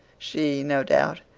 she, no doubt,